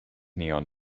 neon